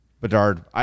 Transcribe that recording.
Bedard